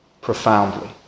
profoundly